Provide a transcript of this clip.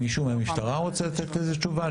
מישהו מהמשטרה רוצה לתת על זה תשובה,